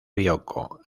bioko